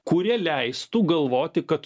kurie leistų galvoti kad